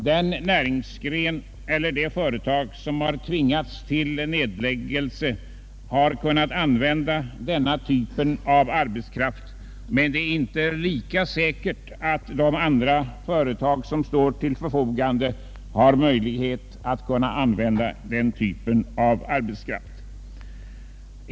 Den näringsgren eller det företag som tvingats till nedläggelse har kunnat använda denna typ av arbetskraft, men det är inte lika säkert att de andra företag som står till förfogande har möjlighet att använda sådan arbetskraft.